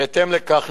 בהתאם לכך,